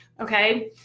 okay